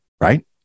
Right